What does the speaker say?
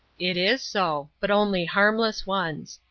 it is so. but only harmless ones.